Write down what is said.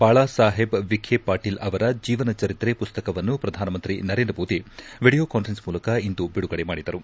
ಬಾಳಸಾಹೇಬ್ ವಿಖೆ ಪಾಟೀಲ್ ಅವರ ಜೀವನ ಚರಿತ್ರೆ ಪುಸ್ತಕವನ್ನು ಪ್ರಧಾನಮಂತ್ರಿ ನರೇಂದ್ರ ಮೋದಿ ವೀಡಿಯೊ ಕಾನ್ವರೆನ್ಟ್ ಮೂಲಕ ಇಂದು ಬಿಡುಗಡೆ ಮಾಡಿದರು